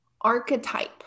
archetype